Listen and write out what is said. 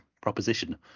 proposition